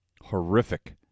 Horrific